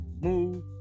move